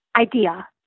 idea